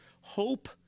hope